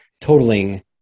totaling